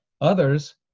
Others